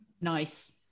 Nice